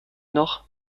noch